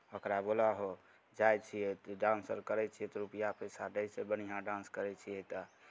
ओकरा बोलाहो जाइ छियै डान्स अर करै छियै तऽ रुपैआ पैसा दै छै बढ़िआँ डान्स करै छियै तऽ